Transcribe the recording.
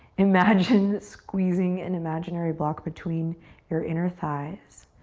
imagine squeezing an imaginary block between your inner thighs.